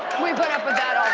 we put up with that